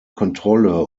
kontrolle